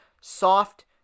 Soft